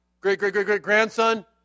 great-great-great-great-grandson